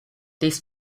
this